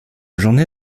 journée